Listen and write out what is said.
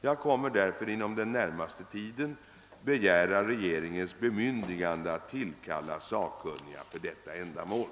Jag kommer därför att inom den närmaste tiden begära regeringens bemyndigande att tillkalla sakkunniga för detta ändamål.